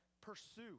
pursue